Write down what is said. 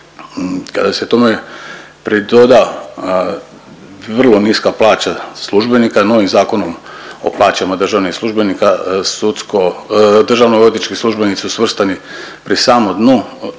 Kada se tome pridoda vrlo niska plaća službenika novim Zakonom o plaćama državnih službenika sudsko, državno odvjetnički službenici su svrstani pri samom dnu,